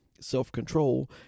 self-control